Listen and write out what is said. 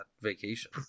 vacation